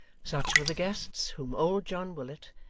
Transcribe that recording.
such were the guests whom old john willet,